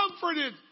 comforted